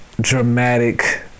dramatic